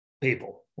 people